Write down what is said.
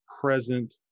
present